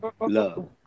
love